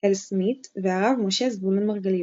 אל סמית' והרב משה זבולון מרגליות.